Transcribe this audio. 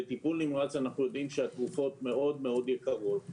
בטיפול נמרץ אנחנו יודעים שהתרופות מאוד-מאוד יקרות,